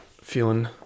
Feeling